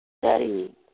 studying